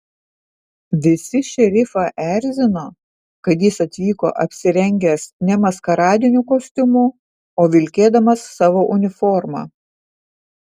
visi šerifą erzino kad jis atvyko apsirengęs ne maskaradiniu kostiumu o vilkėdamas savo uniformą